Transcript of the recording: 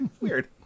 weird